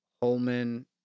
Holman